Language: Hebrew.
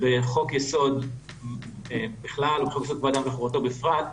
בחוק-יסוד בכלל או בחוק-יסוד: כבוד האדם וחירותו בפרט,